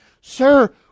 Sir